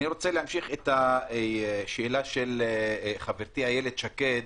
אני רוצה להמשיך את שאלת חברתי איילת שקד